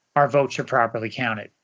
our votes are properly counted.